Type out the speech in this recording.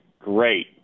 Great